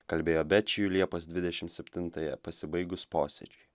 kalbėjo bečiju liepos dvidešim septintąją pasibaigus posėdžiui